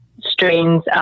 strains